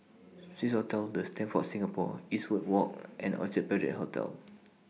Swissotel The Stamford Singapore Eastwood Walk and Orchard Parade Hotel